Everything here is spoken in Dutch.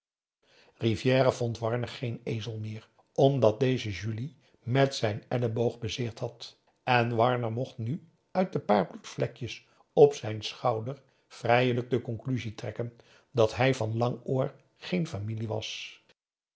geen ezel meer omdat deze julie met zijn elleboog bezeerd had en warner mocht nu uit de paar bloedvlekjes op zijn schouder vrijelijk de conclusie trekken dat hij van langoor geen familie was